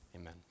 Amen